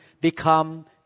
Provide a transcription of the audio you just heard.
become